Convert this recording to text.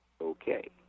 Okay